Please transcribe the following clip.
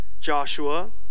Joshua